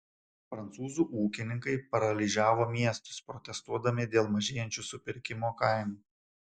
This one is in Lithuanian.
prancūzų ūkininkai paralyžiavo miestus protestuodami dėl mažėjančių supirkimo kainų